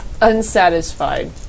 Unsatisfied